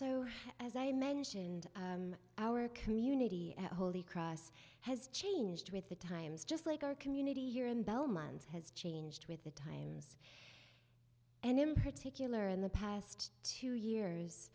so as i mentioned our community at holy cross has changed with the times just like our community here in belmont has changed with the times and particular in the past two years